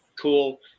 cool